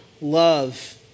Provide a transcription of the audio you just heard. love